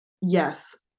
Yes